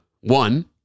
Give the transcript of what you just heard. one